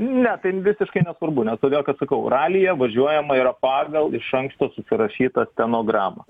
ne visiškai nesvarbu nes todėl kad sakau ralyje važiuojama yra pagal iš anksto susirašytą stenogramą